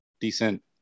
decent